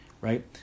right